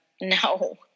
No